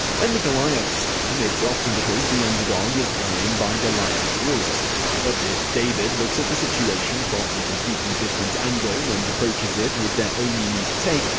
when the goliaths win, it's often because the underdog is playing by goliath's rules. however, if david looks at the situation from a completely different angle and approaches it with their own unique take,